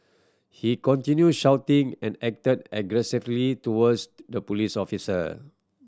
he continued shouting and acted aggressively towards the police officer